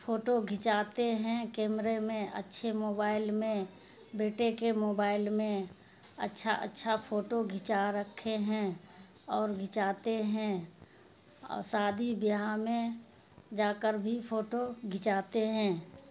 photo کھنچاتے ہیں کیمرے میں اچھے موبائل میں بیٹے کے موبائل میں اچھا اچھا فوٹو کھنچا رکھے ہیں اور کھنچاتے ہیں اور سادی بیاہ میں جا کر بھی فوٹو کھنچاتے ہیں